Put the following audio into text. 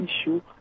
issue